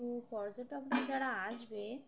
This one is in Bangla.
তো পর্যটকরা যারা আসবে